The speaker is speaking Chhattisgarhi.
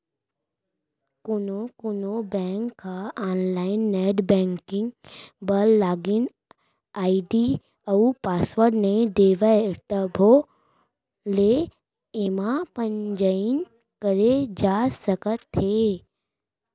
कोनो कोनो बेंक ह आनलाइन नेट बेंकिंग बर लागिन आईडी अउ पासवर्ड नइ देवय तभो ले एमा पंजीयन करे जा सकत हे